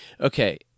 okay